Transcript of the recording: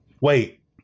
Wait